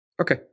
Okay